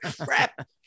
crap